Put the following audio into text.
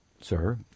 sir